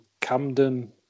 Camden